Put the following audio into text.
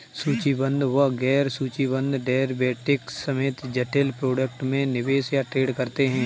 सूचीबद्ध व गैर सूचीबद्ध डेरिवेटिव्स समेत जटिल प्रोडक्ट में निवेश या ट्रेड करते हैं